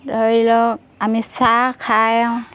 ধৰি লওক আমি চাহ খায়